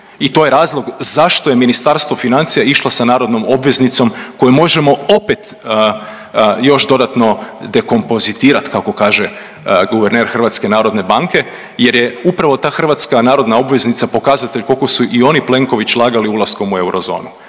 I to je razlog zašto je Ministarstvo financija išlo sa narodnom obveznicom koju možemo opet još dodatno dekompozitirati kako kaže guverner Hrvatske narodne banke, jer je upravo ta hrvatska narodna obveznica pokazatelj koliko su i on i Plenković lagali ulaskom u eurozonu.